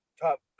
top